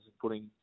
putting